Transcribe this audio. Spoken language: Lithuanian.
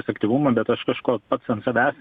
efektyvumą bet aš kažko pats ant savęs